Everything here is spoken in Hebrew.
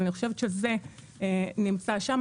אני חושבת שזה נמצא שם,